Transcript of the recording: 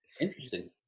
Interesting